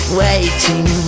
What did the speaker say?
waiting